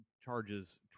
charges